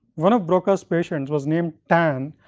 one of broca's patients was named tan,